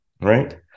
right